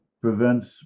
prevents